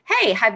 Hey